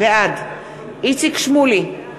בעד איציק שמולי,